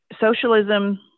socialism